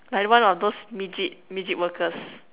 like one of those midget midget workers